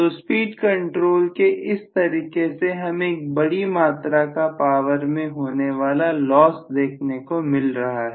तो speed control के इस तरीके से हमें एक बड़ी मात्रा का पावर में होने वाला लॉस देखने को मिल रहा है